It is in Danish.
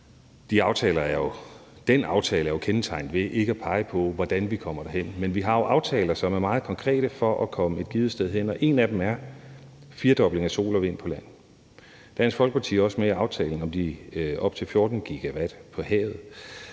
Den aftale er jo kendetegnet ved ikke at pege på, hvordan vi kommer derhen. Men vi har jo aftaler, der er meget konkrete i forhold til at komme et givent sted hen, og en af dem er aftalen om en firedobling af energi fra sol og vind på land. Dansk Folkeparti er også med i aftalen om de op til 14 GW på havet.